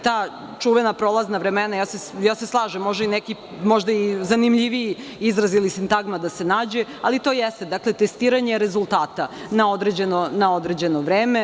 Ta čuvena prolazna vremena, ja se slažem, može i neki možda zanimljiviji izraz ili sintagma da se nađe, ali to jeste testiranje rezultata na određeno vreme.